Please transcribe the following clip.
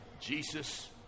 Jesus